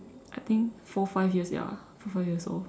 I think four five years ya four five years old